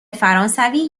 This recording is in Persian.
فرانسوی